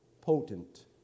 potent